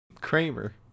Kramer